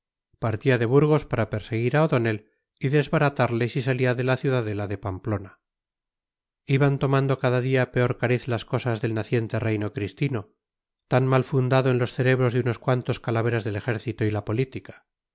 partía de burgos para perseguir a o'donnell y desbaratarle si salía de la ciudadela de pamplona iban tomando cada día peor cariz las cosas del naciente reino cristino tan mal fundado en los cerebros de unos cuantos calaveras del ejército y la política